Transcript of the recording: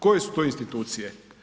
Koje su to institucije?